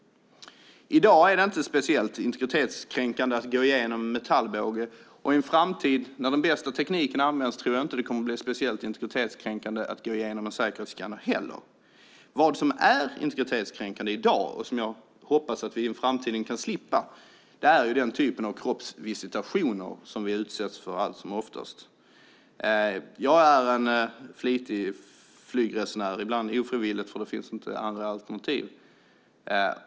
I dag är det inte speciellt integritetskränkande att gå igenom en metallbåge, och i en framtid när den bästa tekniken används tror jag inte att det kommer att bli speciellt integritetskränkande att gå igenom en säkerhetsskanner heller. Vad som är integritetskränkande i dag och som jag hoppas att vi i framtiden kan slippa är den typen av kroppsvisitationer som vi utsätts för allt som oftast. Jag är en flitig flygresenär, ibland ofrivillig därför att det inte finns andra alternativ.